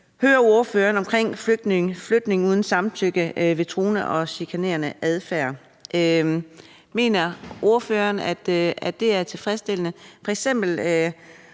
høre ordføreren om flytning uden samtykke ved truende og chikanerende adfærd. Mener ordføreren, at det er tilfredsstillende?